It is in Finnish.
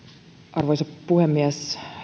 arvoisa puhemies